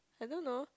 I don't know